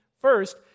First